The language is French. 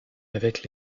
avec